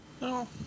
no